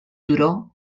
turó